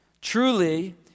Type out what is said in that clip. Truly